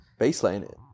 baseline